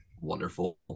Wonderful